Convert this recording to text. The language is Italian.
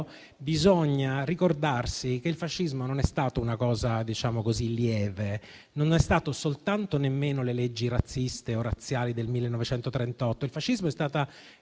bisogna ricordarsi che il fascismo non è stato una cosa lieve; non è stato nemmeno soltanto le leggi razziste o razziali del 1938. Il fascismo è stato